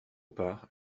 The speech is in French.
part